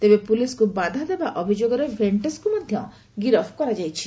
ତେବେ ପୁଲିସ୍କୁ ବାଧା ଦେବା ଅଭିଯୋଗରେ ଭେଷ୍ଟସଙ୍କୁ ମଧ୍ୟ ଗିରଫ କରାଯାଇଛି